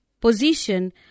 position